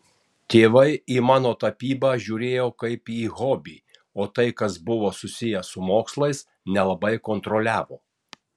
tėvai į mano tapybą žiūrėjo kaip į hobį o tai kas buvo susiję su mokslais nelabai kontroliavo